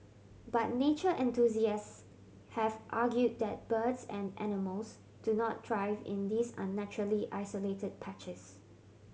but nature enthusiasts have argued that birds and animals do not thrive in these unnaturally isolated patches